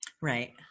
right